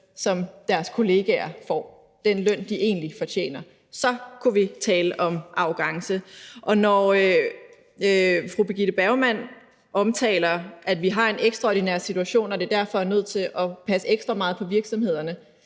som deres kollegaer får, den løn, de egentlig fortjener. Så kunne vi tale om arrogance. Når fru Birgitte Bergman omtaler, at vi har en ekstraordinær situation, og at vi derfor er nødt til at passe ekstra meget på virksomhederne,